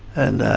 and